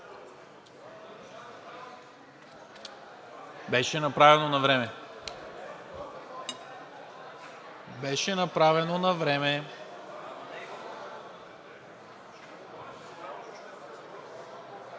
Беше направено навреме. Беше направено навреме!